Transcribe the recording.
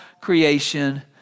creation